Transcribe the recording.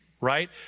right